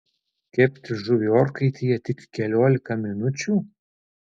kepti žuvį orkaitėje tik keliolika minučių